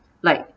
like